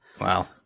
Wow